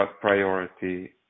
priority